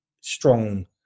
strong